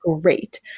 great